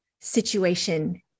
situation